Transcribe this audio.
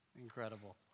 Incredible